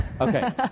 Okay